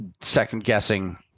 second-guessing